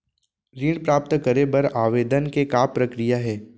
ऋण प्राप्त करे बर आवेदन के का प्रक्रिया हे?